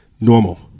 normal